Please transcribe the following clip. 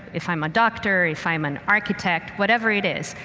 if i'm a doctor, if i'm an architect, whatever it is,